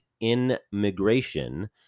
immigration